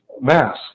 mass